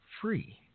free